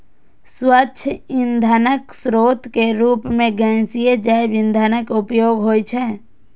स्वच्छ ईंधनक स्रोत के रूप मे गैसीय जैव ईंधनक उपयोग होइ छै